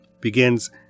begins